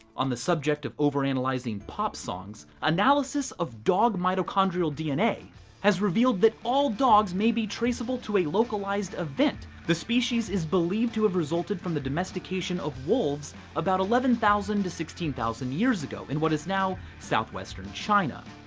on the subject of overanalysing pop songs, analysis of dog mitochondrial dna has revealed that all dogs may be traceable to a localised event. the species is believed to have resulted from the domestication of wolves about eleven thousand to sixteen thousand years ago, in what is now southwestern china.